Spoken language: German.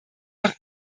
noch